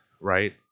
right